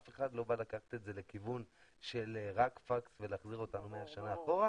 אף אחד לא בא לקחת את זה לכיוון של רק פקס ולהחזיר אותנו מאה שנים אחורה